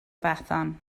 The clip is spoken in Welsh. bethan